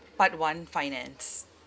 part one finance